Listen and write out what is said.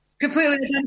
Completely